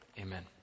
amen